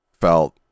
felt